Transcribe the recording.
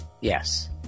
Yes